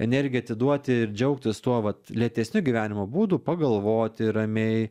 energiją atiduoti ir džiaugtis tuo vat lėtesniu gyvenimo būdu pagalvoti ramiai